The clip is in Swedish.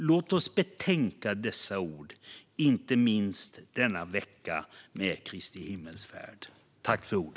Låt oss betänka dessa ord, inte minst denna vecka, när det är Kristi himmelsfärd.